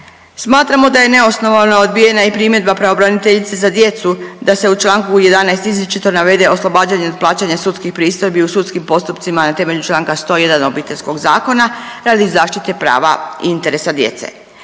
Smatramo da je neosnovano odbijena i primjedba pravobraniteljice za djecu da se u Članku 11. izričito navede oslobađanje od plaćanja sudskih pristojbi u sudskim postupcima na temelju Članka 101. Obiteljskog zakona radi zaštite prava i interesa djece.